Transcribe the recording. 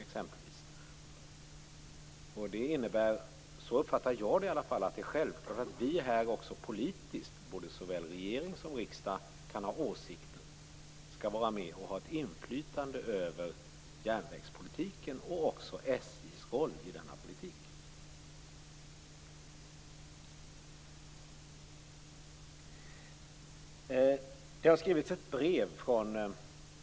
Det är självklart - så uppfattar i alla fall jag detta - att vi här också politiskt, såväl regering som riksdag, kan ha åsikter och skall vara med och ha ett inflytande över järnvägspolitiken och över SJ:s roll i denna politik.